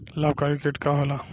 लाभकारी कीट का होला?